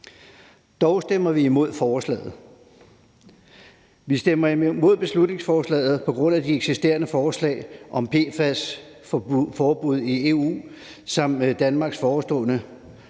Dog stemmer vi imod forslaget. Vi stemmer imod beslutningsforslaget på grund af det eksisterende forslag om et PFAS-forbud i EU, som Danmark har foreslået